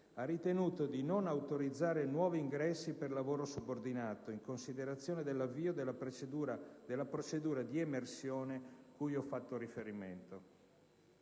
ha ritenuto di non autorizzare nuovi ingressi per lavoro subordinato, in considerazione dell'avvio della procedura di emersione cui ho fatto prima riferimento.